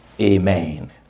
Amen